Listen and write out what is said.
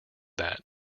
that